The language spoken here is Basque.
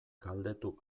galdetu